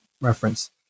reference